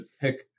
pick